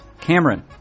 Cameron